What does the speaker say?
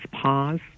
pause